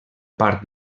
part